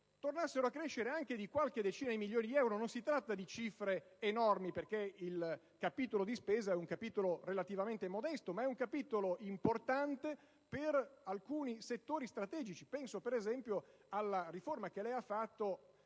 tornassero a crescere di qualche decina di milioni di euro. Non si tratta di cifre enormi perché il capitolo di spesa è relativamente modesto, ma è importante per alcuni settori strategici. Penso, per esempio, alla riforma che lei ha fatto